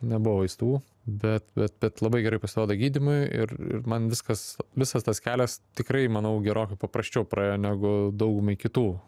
nebuvo vaistų bet bet bet labai gerai pasiduoda gydymui ir man viskas visas tas kelias tikrai manau gerokai paprasčiau praėjo negu daugumai kitų